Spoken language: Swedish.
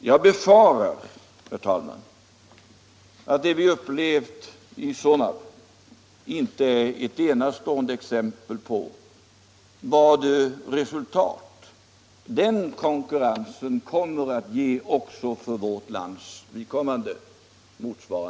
Jag befarar, herr talman, att det vi upplevt med Sonab inte blir det enda exemplet på vilken sorts resultat den här konkurrensen kan ge för vårt lands vidkommande.